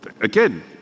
Again